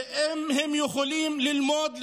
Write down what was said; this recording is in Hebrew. ואם הם יכולים ללמוד לשנוא,